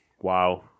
Wow